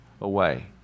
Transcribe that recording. away